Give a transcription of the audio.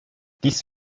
dies